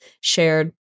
shared